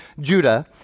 Judah—